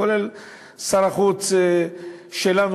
כולל שר החוץ שלנו,